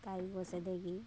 তাই বসে দেখি